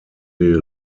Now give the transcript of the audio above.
des